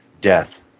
death